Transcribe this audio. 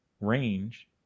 range